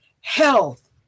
health